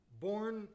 born